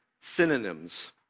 synonyms